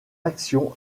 action